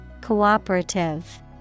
Cooperative